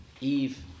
Eve